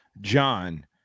John